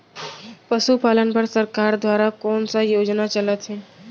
पशुपालन बर सरकार दुवारा कोन स योजना चलत हे?